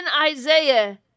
Isaiah